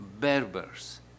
Berbers